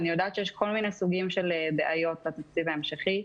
אני יודעת שיש כל מיני סוגים של בעיות בתקציב ההמשכי.